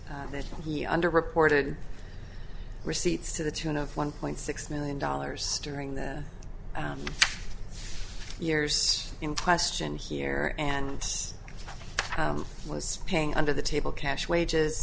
that he under reported receipts to the tune of one point six million dollars during that years in question here and was paying under the table cash wages